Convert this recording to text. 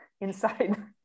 inside